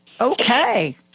okay